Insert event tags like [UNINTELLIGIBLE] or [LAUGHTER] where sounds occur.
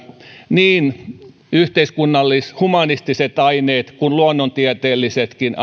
niin yhteiskunnallis humanistisissa aineissa kuin luonnontieteellisissäkin [UNINTELLIGIBLE]